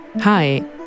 Hi